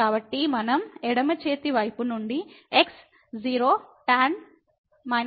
కాబట్టి మనం ఎడమ చేతి వైపు నుండి x 0 tan